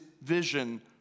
vision